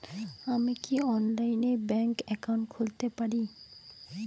আমি কি অনলাইনে ব্যাংক একাউন্ট খুলতে পারি?